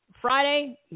Friday